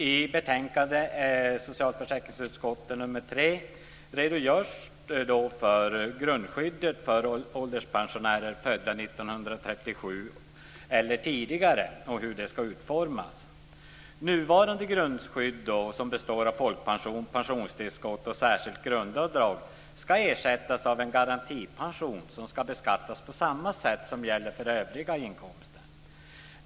I betänkandet SfU3 redogörs för hur grundskyddet för ålderspensionärer födda 1937 eller tidigare ska utformas. Nuvarande grundskydd, som består av folkpension, pensionstillskott och särskilt grundavdrag, ska ersättas av en garantipension som ska beskattas på samma sätt som gäller för övriga inkomster.